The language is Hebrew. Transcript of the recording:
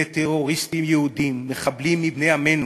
אלה טרוריסטים יהודים, מחבלים מבני עמנו.